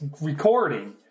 recording